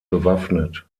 bewaffnet